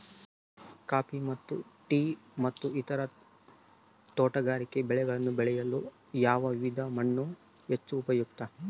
Coffee ಮತ್ತು tea ಮತ್ತು ಇತರ ತೋಟಗಾರಿಕೆ ಬೆಳೆಗಳನ್ನು ಬೆಳೆಯಲು ಯಾವ ವಿಧದ ಮಣ್ಣು ಹೆಚ್ಚು ಉಪಯುಕ್ತ?